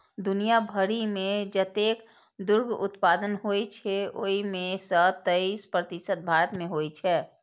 दुनिया भरि मे जतेक दुग्ध उत्पादन होइ छै, ओइ मे सं तेइस प्रतिशत भारत मे होइ छै